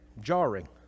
Jarring